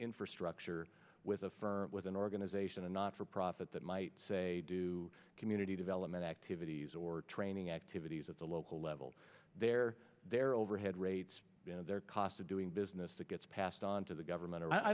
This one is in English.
infrastructure with a firm with an organization and not for profit that might say do community development activities or training activities at the local level there their overhead rates their cost of doing business that gets passed on to the government